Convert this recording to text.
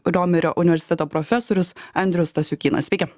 riomerio universiteto profesorius andrius stasiukynas sveiki